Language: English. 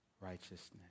Righteousness